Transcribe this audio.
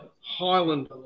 Highland